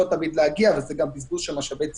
לא תמיד להגיע וזה גם בזבוז של משאבי ציבור,